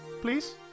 please